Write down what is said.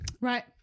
right